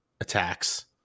attacks